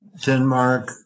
Denmark